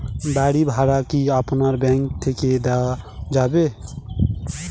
বাড়ী ভাড়া কি আপনার ব্যাঙ্ক থেকে দেওয়া যাবে?